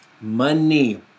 Money